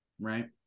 right